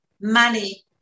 money